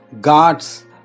God's